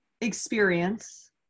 experience